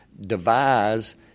devise